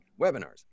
webinars